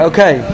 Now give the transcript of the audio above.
Okay